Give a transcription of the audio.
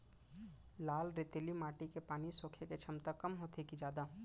लाल रेतीली माटी के पानी सोखे के क्षमता कम होथे की जादा?